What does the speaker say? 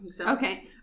Okay